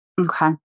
Okay